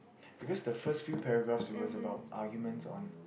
because the first few paragraph is was about argument on